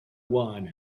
wine